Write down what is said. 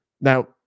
Now